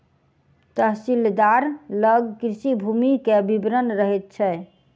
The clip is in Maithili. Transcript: तहसीलदार लग कृषि भूमि के विवरण रहैत छै